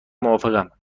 موافقم